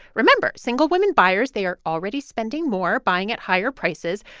remember, single women buyers they are already spending more, buying at higher prices.